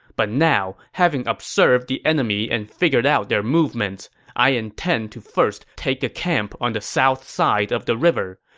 but now, having observed the enemy and figured out their movements, i intend to first take a camp on the south side of the river.